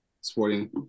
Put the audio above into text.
sporting